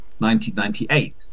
1998